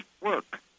work